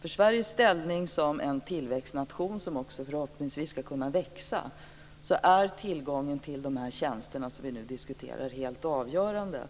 För Sveriges ställning som en tillväxtnation, som förhoppningsvis också skall kunna växa, är tillgången till de tjänster som vi nu diskuterar helt avgörande.